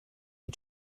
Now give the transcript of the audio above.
you